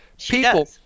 people